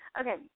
Okay